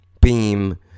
beam